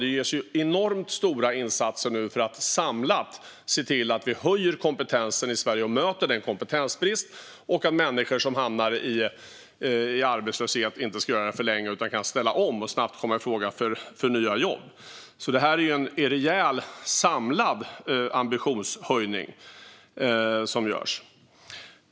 Det görs nu enormt stora samlade insatser för att se till att vi höjer kompetensen i Sverige och möter kompetensbristen och för att människor som hamnar i arbetslöshet inte ska bli kvar i den för länge utan kan ställa om och snabbt komma i fråga för nya jobb. Det är alltså en rejäl, samlad ambitionshöjning som görs.